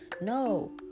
No